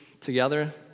together